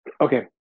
Okay